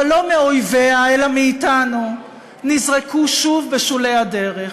אבל לא מאויביה אלא מאתנו, נזרקו שוב בשולי הדרך.